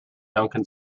duncan